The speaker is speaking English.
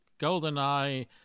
Goldeneye